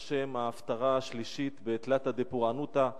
על שם ההפטרה השלישית בתלתא דפורענותא,